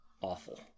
awful